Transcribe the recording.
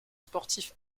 sportif